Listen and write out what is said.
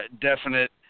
Definite